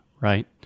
right